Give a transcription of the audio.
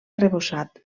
arrebossat